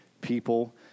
people